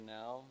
now